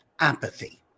apathy